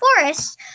forests